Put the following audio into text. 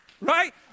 right